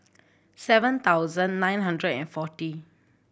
seven thousand nine hundred and forty